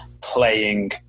playing